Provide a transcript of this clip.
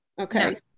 Okay